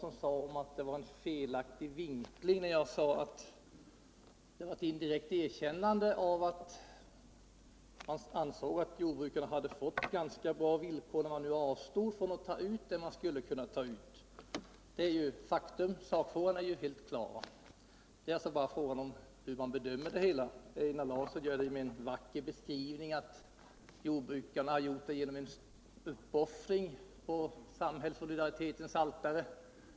Han påstod att det var en felaktig vinkling av mig, när jag sade att han indirekt erkände att han ansåg att jordbrukarna hade fått ganska bra villkor, eftersom de hade avstått från att ta ut vad de skulle ha kunnat ta ut. Detta är emellertid ett faktum; sakfrågan är helt klar. Vad som återstår är bara frågan om hur man bedömer det hela. Einar Larsson gör det med en vacker beskrivning av jordbrukarnas uppoffring på samhällssolidaritetens altare.